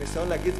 הניסיון להגיד,